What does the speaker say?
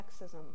sexism